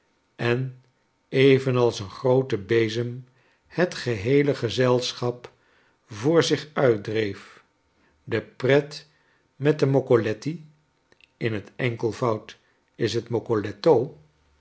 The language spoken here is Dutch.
en evenals een groote bezem het geheele gezelschap voor zich uitdreef de pret metdemoccoletti in het enkelvoud is het